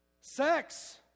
Sex